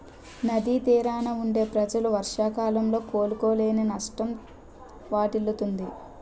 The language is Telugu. నది తీరాన వుండే ప్రజలు వర్షాకాలంలో కోలుకోలేని నష్టం వాటిల్లుతుంది